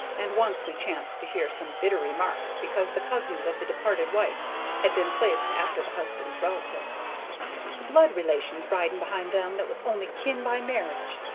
and once we chanced to hear some bitter remarks because the cousins of the departed wife had been placed after the husband's relatives the blood-relations ridin' behind them that was only kin by marriage!